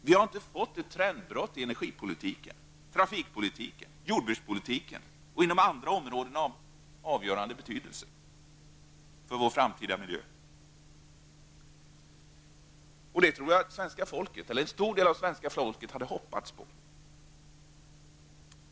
Vi har inte fått det trendbrott i energipolitiken, trafikpolitiken, jordbrukspolitiken och inom andra områden med avgörande betydelse för vår framtida miljö som vi och svenska folket hade anledning att tro.